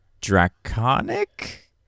Draconic